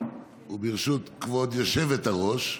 וברשות כבוד היושבת-ראש,